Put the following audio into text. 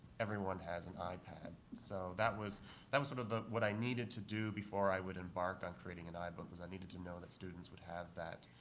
everyone has an ipad. so that was that was sort of what i needed to do before i would embark on creating an ibook was i needed to know that students would have that,